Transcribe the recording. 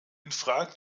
infrage